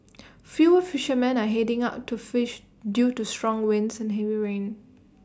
fewer fishermen are heading out to fish due to strong winds and heavy rain